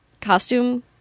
costume